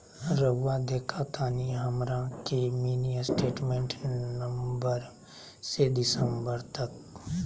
रहुआ देखतानी हमरा के मिनी स्टेटमेंट नवंबर से दिसंबर तक?